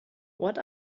what